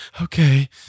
okay